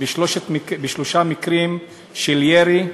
בשלושה מקרים של ירי: